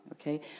Okay